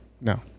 No